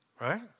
Right